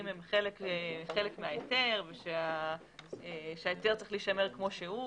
הם חלק מההיתר ושההיתר צריך להישמר כמו שהוא.